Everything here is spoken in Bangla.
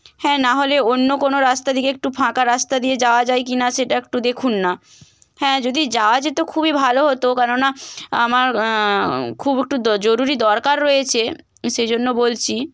হ্যাঁ না হলে অন্য কোনো রাস্তা দিকে একটু ফাঁকা রাস্তা দিয়ে যাওয়া যায় কিনা সেটা একটু দেখুন না হ্যাঁ যদি যাওয়া যেত খুবই ভালো হতো কেননা আমার খুব একটু দ জরুরী দরকার রয়েছে সেইজন্য বলছি